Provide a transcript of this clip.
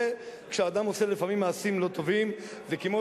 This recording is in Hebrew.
וכשאדם עושה לפעמים מעשים לא טובים זה כמו,